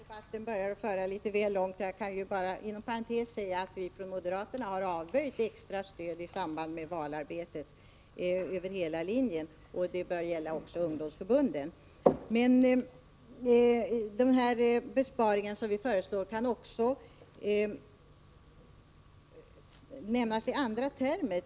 Herr talman! Den här debatten börjar föra litet väl långt. Jag kan bara inom parentes säga att vi från moderaterna har avstyrkt extra stöd i samband med valarbete över hela linjen. Det bör gälla också ungdomsförbunden. Den besparing vi föreslår kan också nämnas i andra termer.